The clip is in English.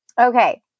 Okay